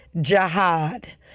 Jihad